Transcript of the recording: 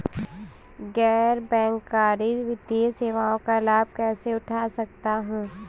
गैर बैंककारी वित्तीय सेवाओं का लाभ कैसे उठा सकता हूँ?